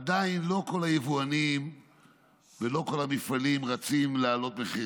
עדיין לא כל היבואנים ולא כל המפעלים רצים להעלות מחירים.